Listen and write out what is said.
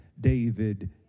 David